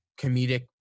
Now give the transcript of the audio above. comedic